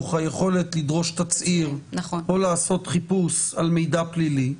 היכולת לדרוש תצהיר או לעשות חיפוש על מידע פלילי,